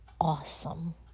awesome